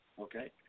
okay